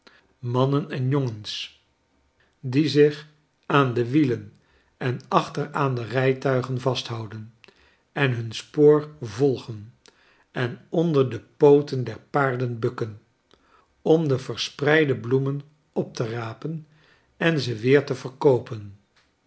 mannen en jongens die zich aan de wielen en achter aan de ry tuigen vasthouden en hun spoor volgen en onder de pooten der paarden bukken om de verspreide bloemen op te rapen en ze weerteverkoopen